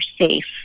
safe